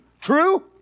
True